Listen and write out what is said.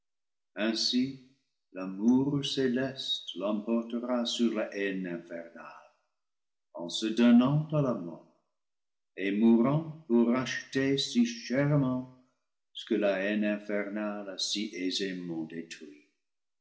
ainsi l'amour cé leste l'emportera sur la haine infernale en se donnant à la mort et mourant pour racheter si chèrement ce que la haine infernale a si aisément détruit